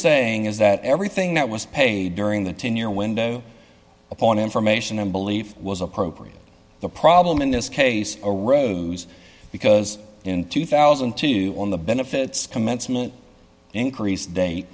saying is that everything that was paid during the ten year window upon information and belief was appropriate the problem in this case arose because in two thousand and two on the benefits commencement increased date